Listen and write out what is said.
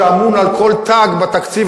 שאמון על כל תג בתקציב,